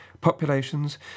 populations